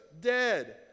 dead